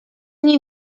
nie